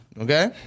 Okay